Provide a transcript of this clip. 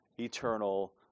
eternal